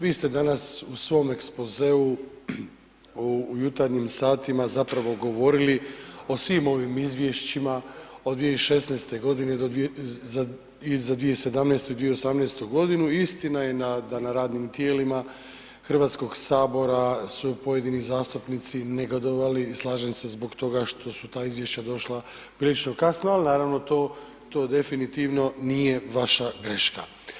Vi ste danas u svom ekspozeu u jutarnjim satima zapravo govorili o svim ovim izvješćima od 2016. g. i za 2017., 2018. g., istina je da na radnim tijelima Hrvatskog sabora su pojedini zastupnici negodovali i slažem se zbog toga što su ta izvješća došla prilično kasno ali naravno, to definitivno nije vaša greška.